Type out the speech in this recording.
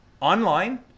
online